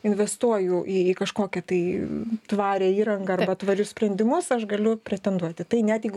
investuoju į kažkokią tai tvarią įrangą arba tvarius sprendimus aš galiu pretenduoti tai net jeigu